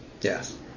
Yes